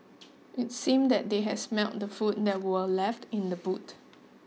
it seemed that they had smelt the food that were left in the boot